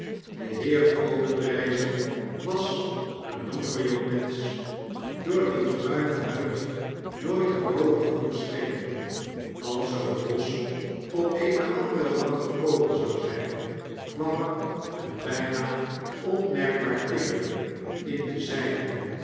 de heer obenreizer was een donker jongmensch door wiens bruine huid nooit een rooden gloed scheen als er een bios op eene andere wang gekomen zou zyn kwam er een byna onmerkbaar tikken in de zijne